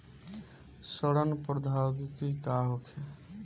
सड़न प्रधौगकी का होखे?